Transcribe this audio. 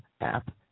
app